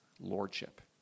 lordship